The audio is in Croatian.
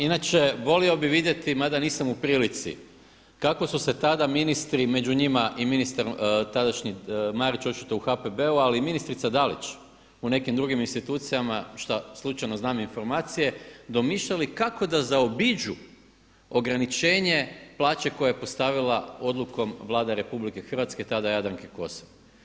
Inače volio bih vidjeti mada nisam u prilici kako su se tada ministri među njima i ministar tadašnji Marić očito u HPB-u, ali i ministrica Dalić u nekim drugim institucijama šta slučajno znam informacije domišljali kako da zaobiđu ograničenje plaće koje je postavila odlukom Vlada RH, tada Jadranke Kosor.